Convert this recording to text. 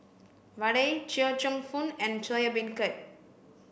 vadai chee cheong fun and soya beancurd